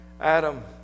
Adam